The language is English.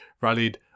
rallied